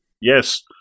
Yes